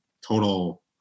total